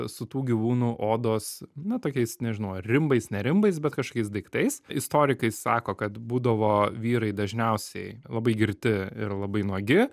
su tų gyvūnų odos na tokiais nežinau ar rimbais ne rimbais bet kažkokiais daiktais istorikai sako kad būdavo vyrai dažniausiai labai girti ir labai nuogi